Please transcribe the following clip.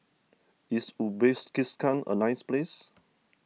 is Uzbekistan a nice place